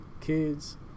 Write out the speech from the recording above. kids